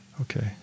Okay